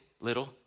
Little